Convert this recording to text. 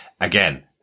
again